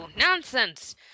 nonsense